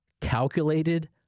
calculated